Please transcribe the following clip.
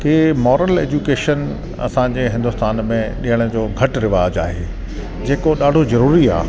की moral education असांजे हिंदुस्तान में ॾियण जो घटि रिवाज़ु आहे जेको ॾाढो ज़रूरी आहे